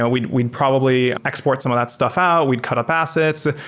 ah we'd we'd probably export some of that stuff out, we'd cut up assets.